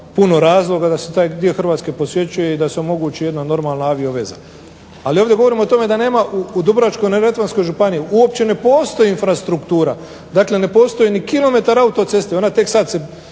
puno razloga da se taj dio Hrvatske posjećuje i da s omogući jedna normalna avio veza. Ali ovdje govorimo o tome da u Dubrovačko-neretvanskoj županiji uopće ne postoji infrastruktura, dakle ne postoji ni kilometar autocesta, ona se tek sada